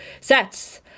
sets